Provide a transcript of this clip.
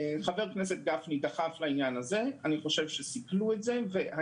אני חושב שסיכלו את היוזמה של חבר הכנסת גפני,